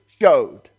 showed